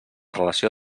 relació